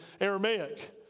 Aramaic